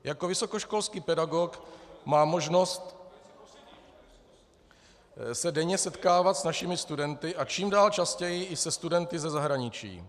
Jako vysokoškolský pedagog mám možnost se denně setkávat s našimi studenty a čím dál častěji i se studenty ze zahraničí.